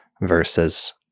versus